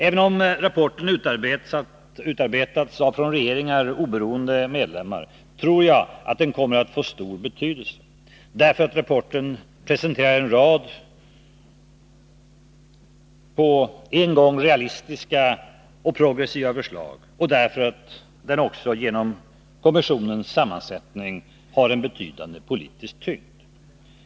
Även om rapporten utarbetats av från regeringar oberoende medlemmar tror jag att den kommer att få stor betydelse: därför att rapporten presenterar en rad på en gång realistiska och progressiva förslag och därför att den också genom kommissionens sammansättning har en betydande politisk tyngd.